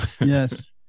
Yes